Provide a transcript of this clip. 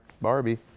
barbie